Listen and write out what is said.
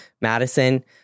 Madison